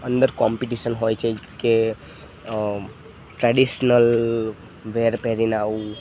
અંદર કોમ્પિટિશન હોય છે કે ટ્રેડિશનલ વેર પેહરીને આવવું